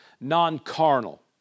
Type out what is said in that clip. non-carnal